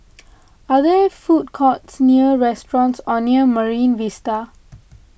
are there food courts near restaurants or near Marine Vista